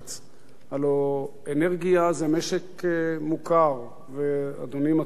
הלוא אנרגיה זה משק מוכר, ואדוני מצוי בו היטב.